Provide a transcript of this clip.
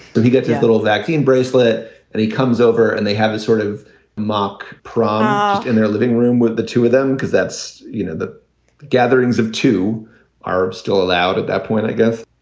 but he gets his little vaccine bracelet and he comes over and they have this sort of mock prom ah in their living room with the two of them, because that's you know, the gatherings of two are still allowed at that point, i guess.